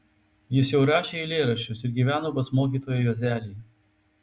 jis jau rašė eilėraščius ir gyveno pas mokytoją juozelį